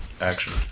action